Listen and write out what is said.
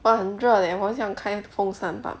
!wah! 很热 leh 我很想开风扇 but